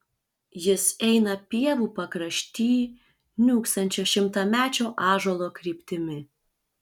jis eina pievų pakrašty niūksančio šimtamečio ąžuolo kryptimi